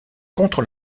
contre